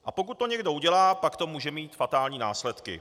A pokud to někdo udělá, pak to může mít fatální následky.